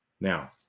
Now